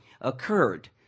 occurred